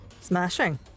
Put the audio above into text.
Smashing